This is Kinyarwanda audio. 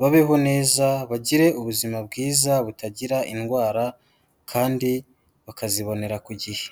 babeho neza, bagire ubuzima bwiza butagira indwara, kandi bakazibonera ku gihe.